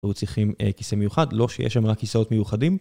והיו צריכים כיסא מיוחד, לא שיש שם רק כיסאות מיוחדים.